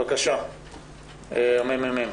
בבקשה, הממ"מ.